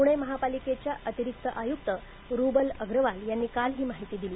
पुणे महापालिकेच्या अतिरिक्त आयुक्त रुबल अग्रवाल यांनी काल ही माहिती दिली